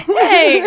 hey